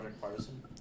Partisan